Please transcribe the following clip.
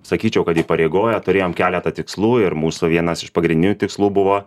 sakyčiau kad įpareigoja turėjom keletą tikslų ir mūsų vienas iš pagrindinių tikslų buvo